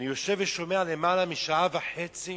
אני יושב ושומע למעלה משעה וחצי